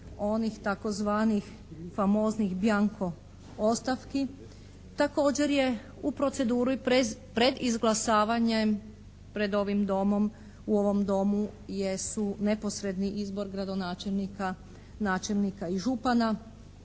onih tzv. famoznih «bianko» ostavki. Također je u proceduru i predizglasavanje pred ovim Domom, u ovom Domu jesu neposredni izbor gradonačelnika, načelnika i župana.